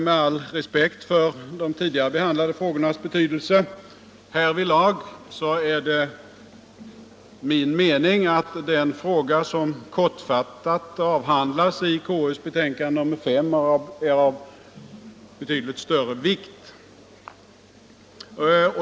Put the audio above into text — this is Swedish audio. Med all respekt för de tidigare behandlade frågornas betydelse härvidlag är det min mening att den fråga som kortfattat avhandlas i konstitutionsutskottets betänkande nr 5 är av betydligt större vikt.